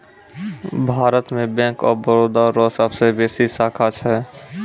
भारत मे bank of Baroda रो सबसे बेसी शाखा छै